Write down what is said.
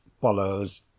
follows